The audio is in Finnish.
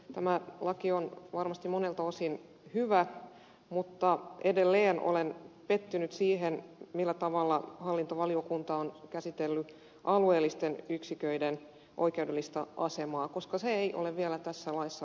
tämä laki on varmasti monelta osin hyvä mutta edelleen olen pettynyt siihen millä tavalla hallintovaliokunta on käsitellyt alueellisten yksiköiden oikeudellista asemaa koska sitä ei ole vielä tässä laissa ratkaistu